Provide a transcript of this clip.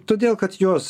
todėl kad jos